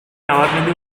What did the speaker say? nabarmendu